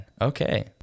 Okay